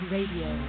Radio